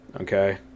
Okay